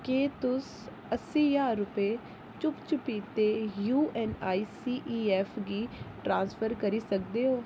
केह् तुस अस्सी ज्हार रपे चुप्प चपीते यूऐन्नआईसीईऐफ गी ट्रांसफर करी सकदे ओ